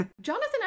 Jonathan